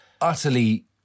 utterly